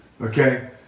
okay